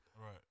Right